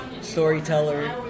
storyteller